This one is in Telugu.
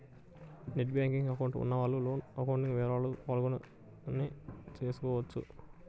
నెట్ బ్యేంకింగ్ అకౌంట్ ఉన్నవాళ్ళు లోను అకౌంట్ వివరాలను ఫోన్లోనే చూడొచ్చు